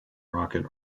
rocket